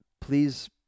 please